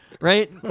right